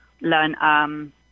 learn